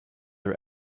are